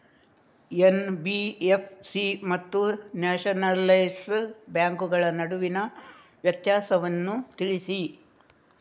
NBFC ಮತ್ತು nationalise ಬ್ಯಾಂಕುಗಳ ನಡುವಿನ ವ್ಯತ್ಯಾಸವನ್ನು ತಿಳಿಸಿ?